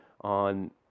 on